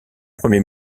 premier